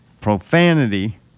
Profanity